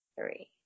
three